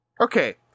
Okay